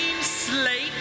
Slate